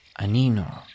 Anino